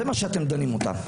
זה מה שאתם דנים אותם.